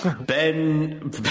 Ben